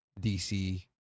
dc